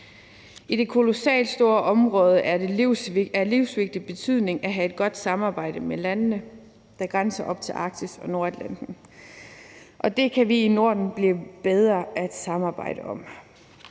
I det kolossalt store område er det af livsvigtig betydning at have et godt samarbejde med landene, der grænser op til Arktis og Nordatlanten. Og det kan vi i Norden blive bedre til at samarbejde om.